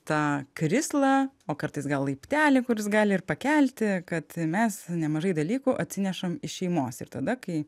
tą krislą o kartais gal laiptelį kuris gali ir pakelti kad mes nemažai dalykų atsinešam iš šeimos ir tada kai